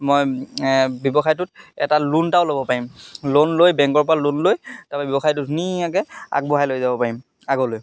মই ব্যৱসায়টোত এটা লোন এটাও ল'ব পাৰিম লোন লৈ বেংকৰ পৰা লোন লৈ তাৰপৰা ব্যৱসায়টো ধুনীয়াকৈ আগবঢ়াই লৈ যাব পাৰিম আগলৈ